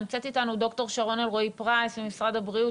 נמצאת איתנו ד"ר שרון אלרעי-פרייס ממשרד הבריאות,